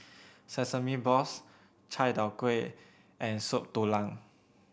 sesame balls Chai Tow Kuay and Soup Tulang